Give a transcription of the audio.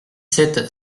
sept